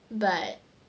but